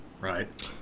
right